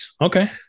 Okay